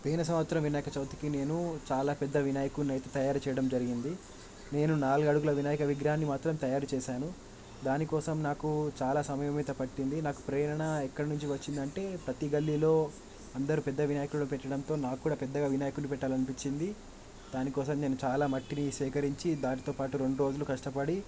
పోయిన సంవత్సరం వినాయక చవితికి నేను చాలా పెద్ద వినాయకుని అయితే తయారు చేయడం జరిగింది నేను నాలుగడుగుల వినాయక విగ్రహాన్ని మాత్రం తయారు చేశాను దానికోసం నాకు చాలా సమయం అయితే పట్టింది నాకు ప్రేరణ ఎక్కడ నుంచి వచ్చింది అంటే ప్రతి గల్లీలో అందరూ పెద్ద వినాయకుడు పెట్టడంతో నాకు కూడా పెద్దగా వినాయకుడిని పెట్టాలనిపించింది దానికోసం నేను చాలా మట్టిని సేకరించి దానితోపాటు రెండు రోజులు కష్టపడి